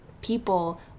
people